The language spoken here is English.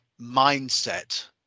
mindset